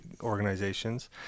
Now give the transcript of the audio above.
organizations